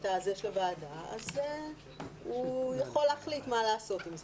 הוועדה אז הוא יכול להחליט מה לעשות עם זה.